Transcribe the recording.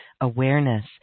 awareness